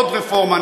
עוד רפורמה,